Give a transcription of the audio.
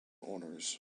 honors